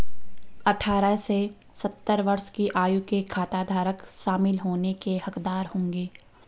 अठारह से सत्तर वर्ष की आयु के खाताधारक शामिल होने के हकदार होंगे